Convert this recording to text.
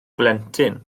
blentyn